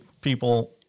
people